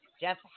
Jeff